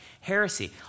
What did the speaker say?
heresy